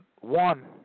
one